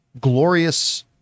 glorious